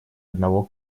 одного